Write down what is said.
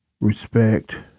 respect